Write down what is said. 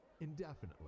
indefinitely